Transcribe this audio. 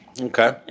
Okay